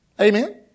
Amen